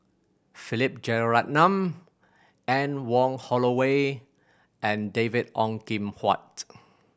Philip Jeyaretnam Anne Wong Holloway and David Ong Kim Huat